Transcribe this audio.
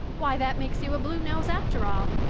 why, that makes you a bluenose after all.